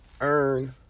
earn